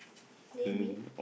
maybe